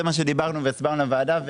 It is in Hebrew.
זה מה שדיברנו והסברנו בוועדה.